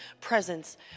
presence